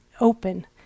open